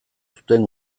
zuten